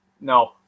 no